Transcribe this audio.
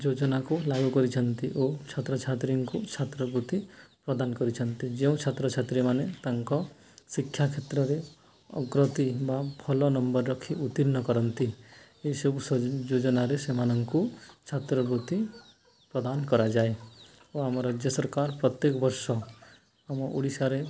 ଯୋଜନାକୁ ଲାଗୁ କରିଛନ୍ତି ଓ ଛାତ୍ରଛାତ୍ରୀଙ୍କୁ ଛାତ୍ର ବୃତ୍ତି ପ୍ରଦାନ କରିଛନ୍ତି ଯେଉଁ ଛାତ୍ରଛାତ୍ରୀମାନେ ତାଙ୍କ ଶିକ୍ଷା କ୍ଷେତ୍ରରେ ଅଗ୍ରଗତି ବା ଭଲ ନମ୍ବର ରଖି ଉତ୍ତୀର୍ଣ୍ଣ କରନ୍ତି ଏସବୁ ଯୋଜନାରେ ସେମାନଙ୍କୁ ଛାତ୍ରବୃତ୍ତି ପ୍ରଦାନ କରାଯାଏ ଓ ଆମ ରାଜ୍ୟ ସରକାର ପ୍ରତ୍ୟେକ ବର୍ଷ ଆମ ଓଡ଼ିଶାରେ